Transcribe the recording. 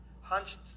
hunched